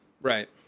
Right